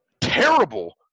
terrible